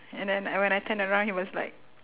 and then I when I turn around he was like